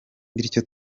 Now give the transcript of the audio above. bityo